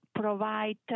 provide